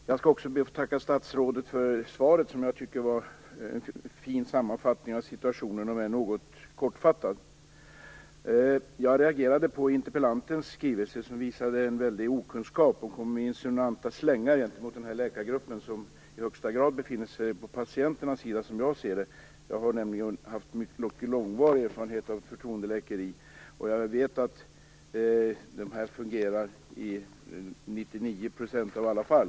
Fru talman! Jag skall också be att få tacka statsrådet för svaret. Jag tyckte att det var en fin sammanfattning av situationen, om än något kortfattad. Jag reagerade på interpellantens skrivelse, som visade en väldig okunskap. Hon kom med insinuanta slängar gentemot den här läkargruppen som i allra högsta grad befinner sig på patienternas sida, som jag ser det. Jag har nämligen mycket lång erfarenhet av förtroendeläkeri, och jag vet att det fungerar i 99 % av alla fall.